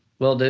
well,